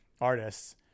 artists